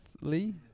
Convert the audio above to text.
Lee